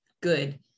good